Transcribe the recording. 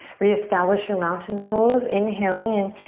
reestablish your mountain pose. inhale in,